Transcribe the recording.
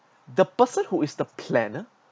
the person who is the planner